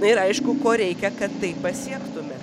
na ir aišku ko reikia kad tai pasiektume